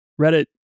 Reddit